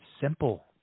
simple